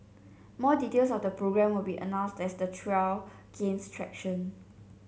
more details of the programme will be announced as the trial gains traction